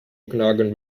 okanagan